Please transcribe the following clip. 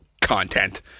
content